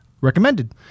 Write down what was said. recommended